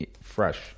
fresh